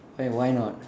right why not